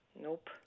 Nope